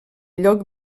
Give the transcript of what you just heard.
lloc